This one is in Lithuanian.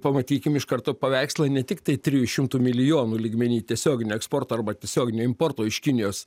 pamatykim iš karto paveikslą ne tiktai trijų šimtų milijonų lygmeny tiesioginio eksporto arba tiesiognio importo iš kinijos